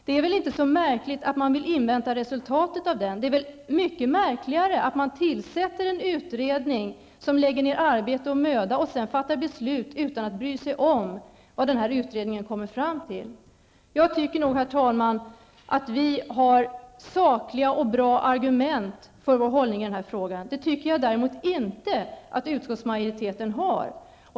Det är väl inte så märkligt att man vill invänta resultatet av den utredningen? Det är märkligare att tillsätta en utredning som lägger ned arbete och möda och sedan fatta beslut utan att bry sig om vad utredningen har kommit fram till. Herr talman! Jag tycker att vänsterpartiet har sakliga och bra argument för vår hållning i frågan. Det tycker jag däremot inte att utskottsmajoriteten har.